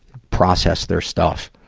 process their stuff.